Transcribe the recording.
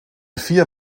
vier